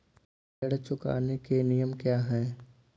ऋण चुकाने के नियम क्या हैं?